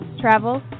travel